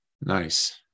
Nice